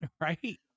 right